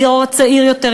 הדור הצעיר יותר,